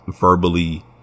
verbally